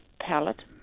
palette